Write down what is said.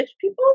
people